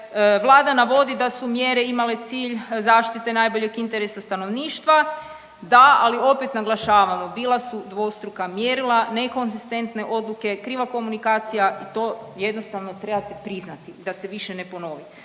Vlada navodi da su mjere imale cilj zaštite najboljeg interesa stanovništva, da ali opet naglašavamo bila su dvostruka mjerila, nekonzistentne odluke, kriva komunikacija i to jednostavno trebate priznati da se više ne ponovi.